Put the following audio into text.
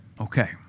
Okay